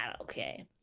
okay